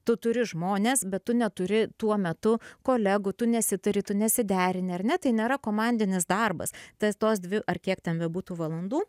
tu turi žmones bet tu neturi tuo metu kolegų tu nesi turi tu nesiderini ar ne tai nėra komandinis darbas tas tos dvi ar kiek ten būtų valandų